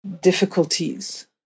difficulties